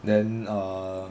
then err